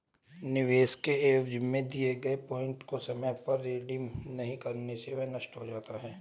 निवेश के एवज में दिए गए पॉइंट को समय पर रिडीम नहीं करने से वह नष्ट हो जाता है